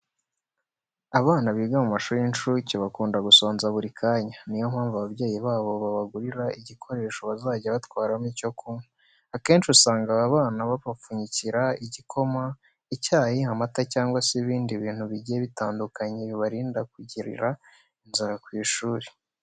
Abana biga mu mashuri y'incuke bakunda gusonza buri kanya. Ni yo mpamvu ababyeyi babo babagurira igikoresho bazajya batwaramo icyo kunywa. Akenshi usanga aba bana babapfunyikira igikoma, icyayi, amata cyangwa se ibindi bintu bigiye bitandukanye bibarinda kugirira inzara ku ishuri.